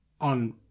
on